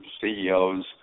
CEOs